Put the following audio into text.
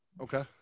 Okay